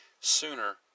sooner